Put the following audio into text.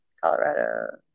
Colorado